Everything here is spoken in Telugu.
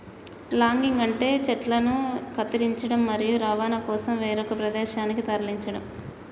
లాగింగ్ అంటే చెట్లను కత్తిరించడం, మరియు రవాణా కోసం వేరొక ప్రదేశానికి తరలించడం